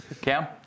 Cam